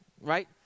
right